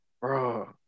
Bro